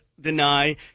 deny